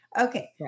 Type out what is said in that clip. Okay